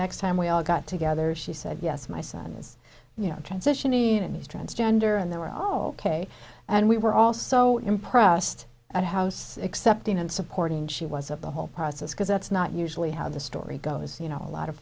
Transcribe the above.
next time we all got together she said yes my son is you know transitioning and he's transgender and they were all ok and we were all so impressed at house except in supporting she was of the whole process because that's not usually how the story goes you know a lot of